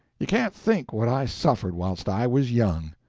you can't think what i suffered whilst i was young.